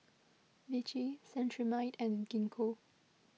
Vichy Cetrimide and Gingko